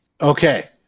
Okay